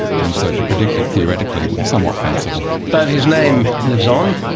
and so to predict it theoretically was somewhat fanciful. but his name lives on,